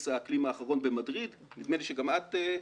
האקלים האחרון במדריד ונדמה לי שגם היית.